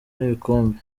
n’ibikombe